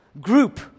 group